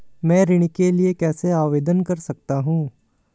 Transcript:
मैं ऋण के लिए कैसे आवेदन कर सकता हूं?